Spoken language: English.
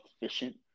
efficient